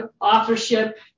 authorship